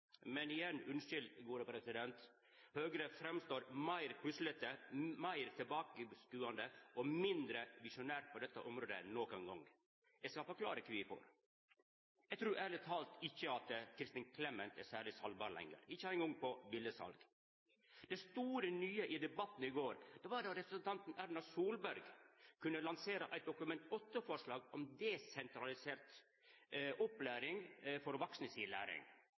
Men igjen – orsak, gode president: Høgre står fram meir puslete, meir tilbakeskodande og mindre visjonær på dette området enn nokon gong. Eg skal forklara kvifor. Eg trur ærleg talt at Kristin Clemet ikkje lenger er særleg seljeleg – ikkje eingong på billegsal. Det store, nye i debatten i går var da representanten Erna Solberg kunna lansera eit Dokument 8-forslag om desentralisert opplæring for vaksne.